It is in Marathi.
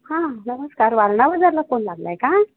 हां नमस्कार वारणा बाजारला फोन लागला आहे का